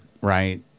right